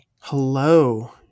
Hello